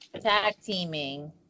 tag-teaming